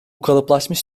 kalıplaşmış